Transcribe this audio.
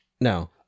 No